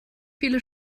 viele